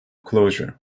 closure